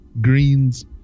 Green's